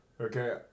Okay